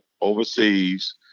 overseas